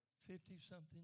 Fifty-something